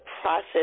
process